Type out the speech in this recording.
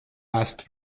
last